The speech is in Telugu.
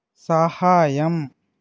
సహాయం